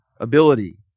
ability